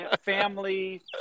family